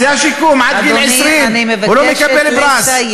זה השיקום, עד גיל 20. הוא לא מקבל פרס.